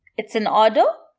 it's an order,